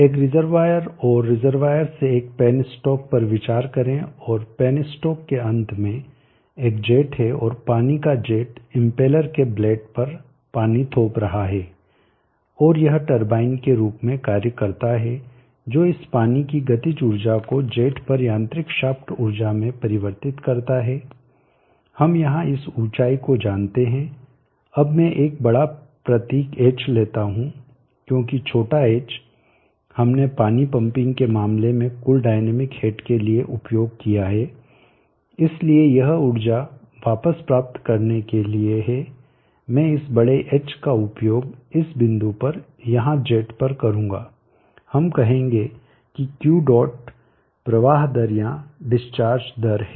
एक reservoir reservoir जलाशय और रिजर्वायर से एक पेनस्टॉक पर विचार करें और पेनस्टॉक के अंत में एक जेट है और पानी का जेट इम्पेलर के ब्लेड पर पानी थोप रहा है और यह टरबाइन के रूप में कार्य करता है जो इस पानी की गतिज ऊर्जा को जेट पर यांत्रिक शाफ्ट ऊर्जा में परिवर्तित करता है हम यहां इस ऊंचाई को जानते हैं अब मैं एक प्रतीक बड़ा H लेता हूँ क्योंकि छोटा h हमने पानी पंपिंग के मामले में कुल डायनामिक हेड के लिए उपयोग किया है इसलिए यह ऊर्जा वापस प्राप्त करने के लिए है मैं इस बड़े H का उपयोग इस बिंदु पर यहां जेट पर करूँगा हम कहेंगे कि Q डॉट प्रवाह दर या डिस्चार्ज दर है